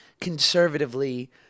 conservatively